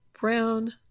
brown